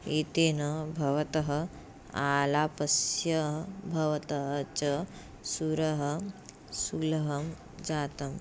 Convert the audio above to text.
एतेन भवतः आलापस्य भवतः च स्वरः सुलभं जातम्